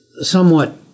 somewhat